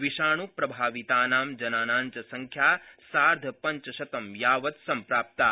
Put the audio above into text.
विषाणुप्रभावितानां च जनानां संख्या सार्द्वपञ्चशतं यावत् प्राप्ता